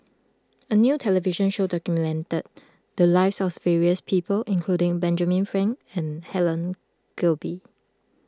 a new television show documented the lives of various people including Benjamin Frank and Helen Gilbey